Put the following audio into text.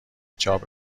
چاپ